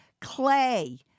clay